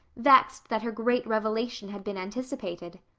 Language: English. vexed that her great revelation had been anticipated.